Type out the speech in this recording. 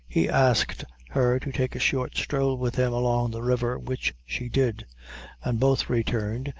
he asked her to take a short stroll with him along the river, which she did and both returned,